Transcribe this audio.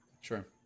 Sure